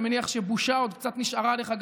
אני מניח שבושה עוד קצת נשארה לך.